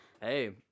Hey